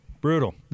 Brutal